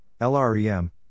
LREM